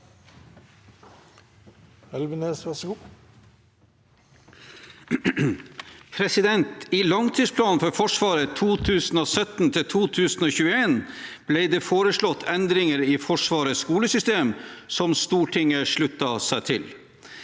I langtidsplanen for Forsvaret 2017–2021 ble det foreslått endringer i Forsvarets skolesystem, som Stortinget sluttet seg til.